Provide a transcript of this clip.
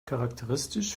charakteristisch